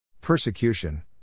Persecution